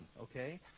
okay